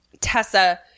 Tessa